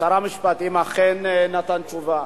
שר המשפטים אכן נתן תשובה.